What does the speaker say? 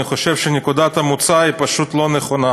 אני חושב שנקודת המוצא היא פשוט לא נכונה.